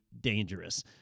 dangerous